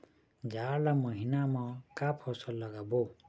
जाड़ ला महीना म का फसल लगाबो?